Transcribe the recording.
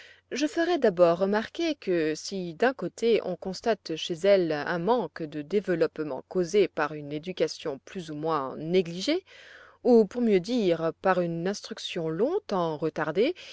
je ferai d'abord remarquer que si d'un côté on constate chez elle un manque de développement causé par une éducation plus ou moins négligée ou pour mieux dire par une instruction longtemps retardée